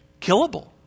killable